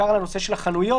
אתרוגים.